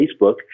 Facebook